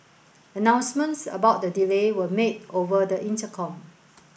announcements about the delay were made over the intercom